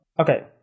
Okay